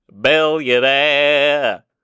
billionaire